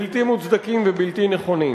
בלתי מוצדקים ובלתי נכונים.